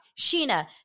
Sheena